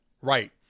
Right